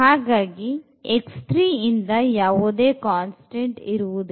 ಹಾಗಾಗಿ x3 ಇಂದ ಯಾವುದೇ ಕಾನ್ಸ್ಟೆಂಟ್ ಇರುವುದಿಲ್ಲ